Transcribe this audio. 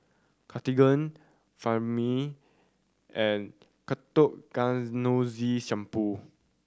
Cartigain Remifemin and Ketoconazole Shampoo